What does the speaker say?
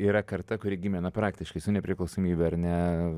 yra karta kuri gimė na praktiškai su nepriklausomybe ar ne